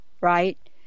right